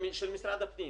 ממשרד הפנים.